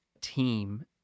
team